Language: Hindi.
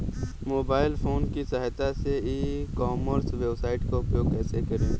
मोबाइल फोन की सहायता से ई कॉमर्स वेबसाइट का उपयोग कैसे करें?